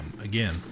again